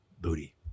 booty